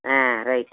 ஆ right